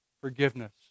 forgiveness